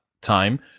time